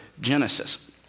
Genesis